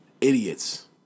Idiots